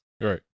right